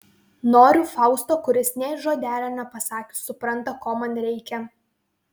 noriu fausto kuris nė žodelio nepasakius supranta ko man reikia